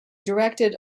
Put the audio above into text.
directed